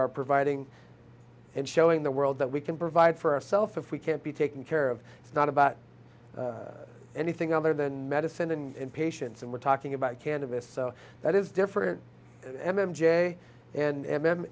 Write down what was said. are providing and showing the world that we can provide for our self if we can't be taken care of it's not about anything other than medicine and patients and we're talking about cannabis so that is different m m j and m m